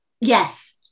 Yes